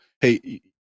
Hey